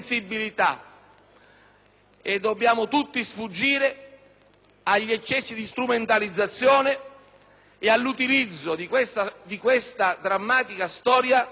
agli eccessi di strumentalizzazione ed all'utilizzo di questa drammatica storia per perseguire altri obiettivi.